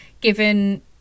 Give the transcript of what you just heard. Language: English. given